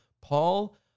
Paul